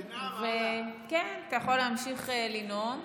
אתה יכול להמשיך לנאום.